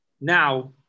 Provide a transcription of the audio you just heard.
Now